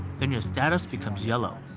then your status becomes yellow,